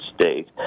state